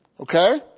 Okay